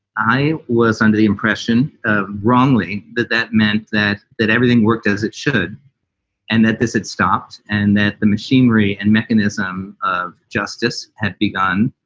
i was under the impression of wrongly that that meant that that everything worked as it should and that this had stopped and that the machinery and mechanism of justice had begun.